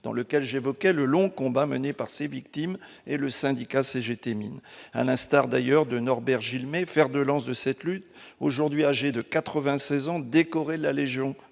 dans lequel j'évoquais le long combat mené par ses victimes et le syndicat CGT mines à l'instar d'ailleurs de Norbert Gilmez, fer de lance de cette lutte, aujourd'hui âgée de 96 ans, décoré de la Légion